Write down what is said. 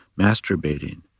masturbating